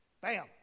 Bam